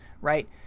right